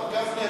הרב גפני,